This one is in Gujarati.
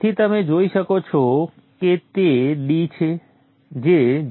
તેથી તમે જોઈ શકો છો કે છો કે તે d જે 0